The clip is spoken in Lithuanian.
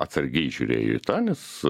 atsargiai žiūrėjo į tą nes